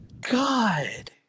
god